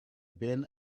been